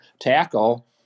tackle